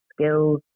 skills